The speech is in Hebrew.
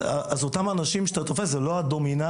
אז אותם אנשים שאתה תופס זה לא הדומיננטיים,